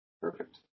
Perfect